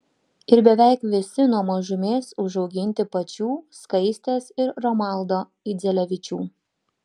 ir beveik visi nuo mažumės užauginti pačių skaistės ir romaldo idzelevičių